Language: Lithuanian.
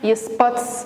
jis pats